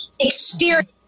Experience